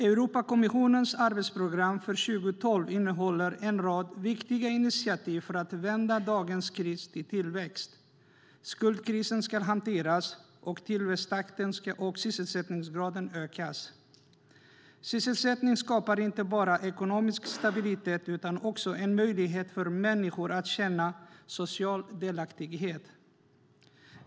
Europakommissionens arbetsprogram för 2012 innehåller en rad viktiga initiativ när det gäller att vända dagens kris till tillväxt. Skuldkrisen ska hanteras, och tillväxttakten och sysselsättningsgraden ska ökas. Sysselsättning skapar inte bara ekonomisk stabilitet utan också en möjlighet för människor att känna social delaktighet.